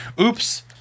oops